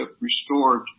restored